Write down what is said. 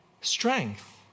strength